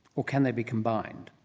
or can they be combined?